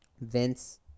Vince